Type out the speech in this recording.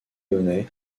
launay